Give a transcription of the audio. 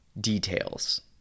details